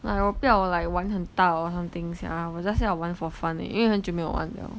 like 我不要 like 玩很大 or something sia 我 just 要玩 for fun 而已因为很久没有玩 liao